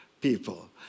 people